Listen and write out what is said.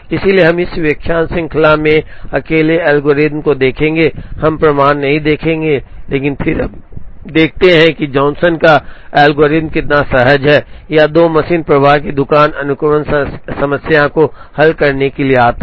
इसलिए हम इस व्याख्यान श्रृंखला में अकेले एल्गोरिथ्म देखेंगे हम प्रमाण नहीं देखेंगे लेकिन फिर हम देखते हैं कि जॉनसन का एल्गोरिथ्म कितना सहज है यह 2 मशीन प्रवाह की दुकान अनुक्रमण समस्या को हल करने के लिए आता है